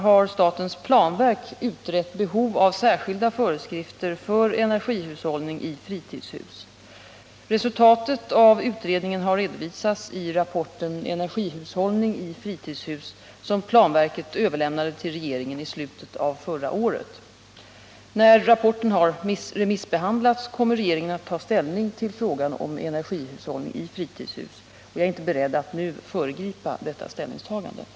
Är statsrådet beredd att medverka till att sådana normer för isolering av fritidshus utarbetas så att dessa normer motsvarar kraven för nyproducerade permanentbostäder? Är statsrådet också beredd att medverka till att informationen sprids till dem som avser att bygga fritidshus så att de redan vid planeringen av fritidsbostad förbereder en effektiv isolering i energibesparande syfte?